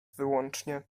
wyłącznie